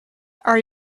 are